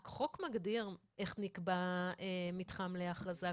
החוק מגדיר איך נקבע מתחם להכרזה,